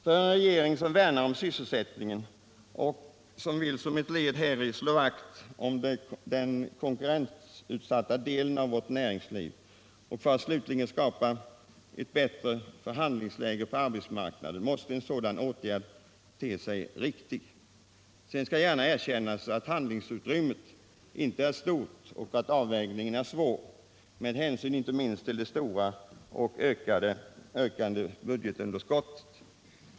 För en regering som värnar om sysselsättningen och vill — som ett led häri — slå vakt om den konkurrensutsatta delen av vårt näringsliv för att slutligen skapa ett bättre förhandlingsläge på arbetsmarknaden, måste en sådan åtgärd te sig riktig. Sedan skall gärna erkännas att hand lingsutrymmet inte är stort och att avvägningen är svår, med hänsyn inte minst till det stora och ökande budgetunderskottet.